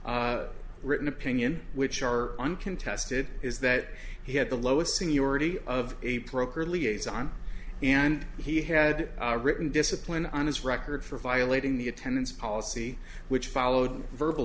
eckels written opinion which are uncontested is that he had the lowest seniority of a pro career liaison and he had written discipline on his record for violating the attendance policy which followed the verbal